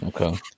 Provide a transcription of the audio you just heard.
Okay